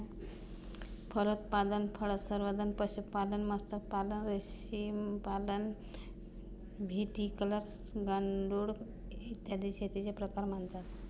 फलोत्पादन, फळसंवर्धन, पशुपालन, मत्स्यपालन, रेशीमपालन, व्हिटिकल्चर, गांडूळ, इत्यादी शेतीचे प्रकार मानतात